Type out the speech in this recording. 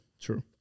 true